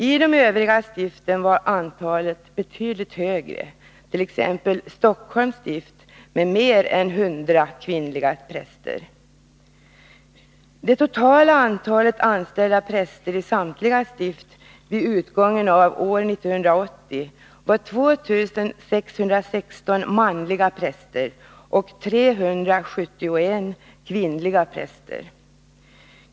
I de övriga stiften var antalet betydligt högre, t.ex. Stockholms stift med mer än 100 kvinnliga präster. Det totala antalet anställda präster i samtliga stift vid utgången av år 1980 var 2 616 manliga präster och 371 kvinnliga präster.